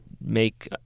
make